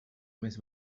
més